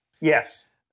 Yes